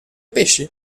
pesci